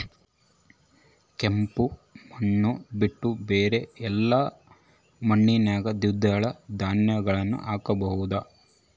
ಕೆಂಪು ಮಣ್ಣು ಬಿಟ್ಟು ಬೇರೆ ಎಲ್ಲಾ ಮಣ್ಣಿನಾಗ ದ್ವಿದಳ ಧಾನ್ಯಗಳನ್ನ ಹಾಕಬಹುದಾ?